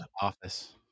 office